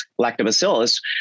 lactobacillus